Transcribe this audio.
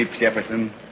Jefferson